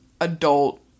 adult